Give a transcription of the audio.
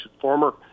former